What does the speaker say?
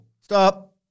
Stop